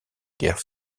guerres